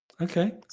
okay